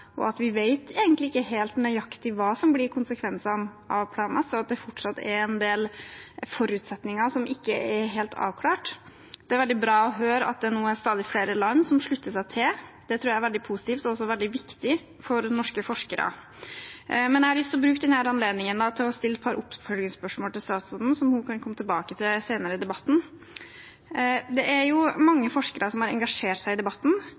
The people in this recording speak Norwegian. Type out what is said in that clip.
vet helt nøyaktig hva som blir konsekvensene av planen, og at det fortsatt er en del forutsetninger som ikke er helt avklart. Det er godt å høre at det er stadig flere land som slutter seg til. Det tror jeg er veldig positivt og viktig for norske forskere. Jeg har lyst til å bruke denne anledningen til å stille et par oppfølgingsspørsmål til statsråden, som hun kan komme tilbake til senere i debatten. Det er mange forskere som har engasjert seg i debatten,